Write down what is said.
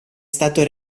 stato